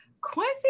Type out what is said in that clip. Quincy